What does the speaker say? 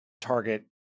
target